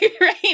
right